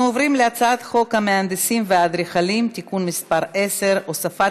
אנחנו עוברים להצעת חוק המהנדסים והאדריכלים (תיקון מס' 10) (הוספת